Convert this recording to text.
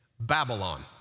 Babylon